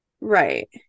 right